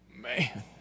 man